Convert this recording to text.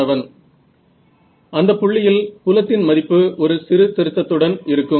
மாணவன் அந்தப் புள்ளியில் புலத்தின் மதிப்பு ஒரு சிறு திருத்தத்துடன் இருக்கும்